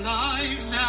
lives